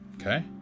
Okay